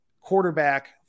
quarterback